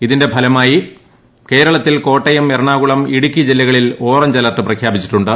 ഇതിന്റെ ഫലമായി കേരളത്തിൽ കോട്ടയം എറണാകുളം ഇടുക്കി ജില്ലകളിൽ ഓറഞ്ച് അലേർട്ട് പ്രഖ്യാപിച്ചിട്ടുണ്ട്